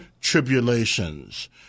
tribulations